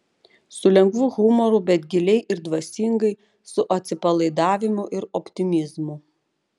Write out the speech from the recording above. su lengvu humoru bet giliai ir dvasingai su atsipalaidavimu ir optimizmu